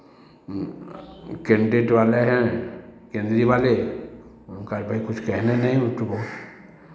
केन्द्रीय वाले हैं केन्द्रीय वाले उनका भाई कुछ कहने नहीं वो तो बहुत